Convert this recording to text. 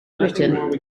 britain